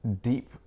deep